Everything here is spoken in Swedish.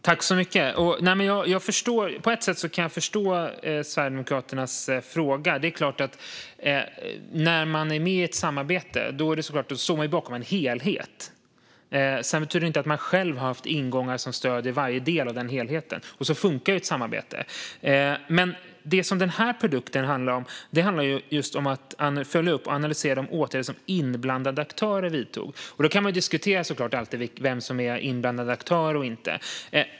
Fru talman! På ett sätt kan jag förstå Sverigedemokraternas fråga. När man är med i ett samarbete står man såklart bakom en helhet. Sedan betyder inte detta att man själv har haft ingångar som stöder varje del av den helheten. Så funkar ju ett samarbete. Den här produkten handlar just om att följa upp och analysera de åtgärder som inblandade aktörer vidtog. Man kan naturligtvis alltid diskutera vem som är inblandad aktör eller inte.